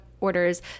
orders